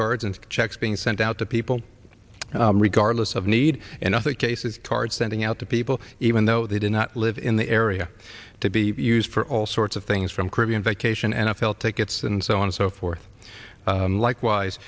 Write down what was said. and checks being sent out to people regardless of need in other cases card sending out to people even though they did not live in the area to be used for all sorts of things from caribbean vacation n f l take its and so on and so forth likewise